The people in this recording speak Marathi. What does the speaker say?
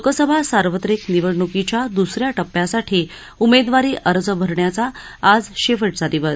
लोकसभा सार्वत्रिक निवडणुकीच्या दुस या टप्प्यासाठी उमेदवारी अर्ज भरण्याचा आज शेवटचा दिवस